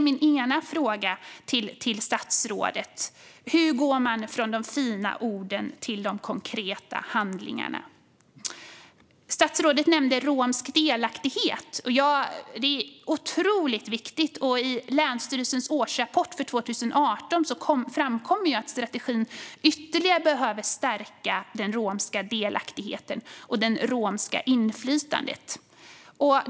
Min ena fråga till statsrådet är därför: Hur går man från de fina orden till de konkreta handlingarna? Statsrådet nämnde romsk delaktighet. Det är otroligt viktigt. I länsstyrelsen årsrapport för 2018 framkommer att man i strategin ytterligare behöver stärka den romska delaktigheten och det romska inflytandet.